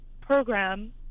program